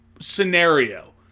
scenario